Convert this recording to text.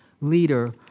leader